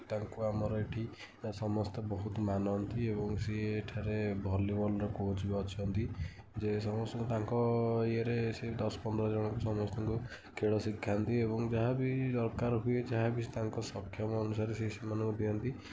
ତାଙ୍କୁ ଆମର ଏଠି ସମସ୍ତେ ବହୁତ ମାନନ୍ତି ଏବଂ ସିଏ ଏଠାରେ ଭଲିବଲ୍ ର କୋଚ୍ ବି ଅଛନ୍ତି ଯେ ସମସ୍ତଙ୍କୁ ତାଙ୍କ ୟେ ରେ ସେ ଦଶ ପନ୍ଦର ଜଣଙ୍କୁ ସମସ୍ତଙ୍କୁ ଖେଳ ଶିଖାନ୍ତି ଏବଂ ଯାହା ବି ଦରକାର ହୁଏ ଯାହା ବି ତାଙ୍କ ସକ୍ଷମ ଅନୁସାରେ ସିଏ ସେମାନଙ୍କୁ ଦିଅନ୍ତି